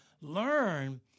learn